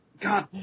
God